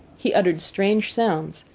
he uttered strange sounds,